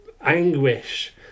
anguish